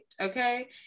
okay